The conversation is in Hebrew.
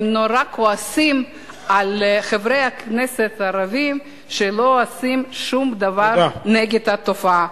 הם מאוד כועסים על חברי הכנסת הערבים שלא עושים שום דבר נגד התופעה.